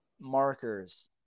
markers